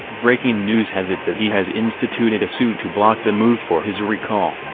breaking news has it that he has instituted a suit to block the move for his recall.